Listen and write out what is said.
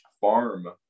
farm